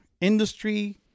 industry